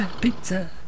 Pizza